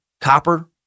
copper